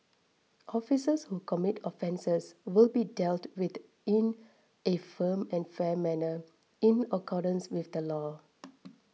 officers who commit offences will be dealt with in a firm and fair manner in accordance with the law